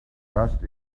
trust